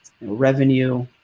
revenue